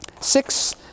six